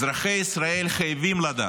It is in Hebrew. אזרחי ישראל חייבים לדעת: